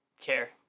care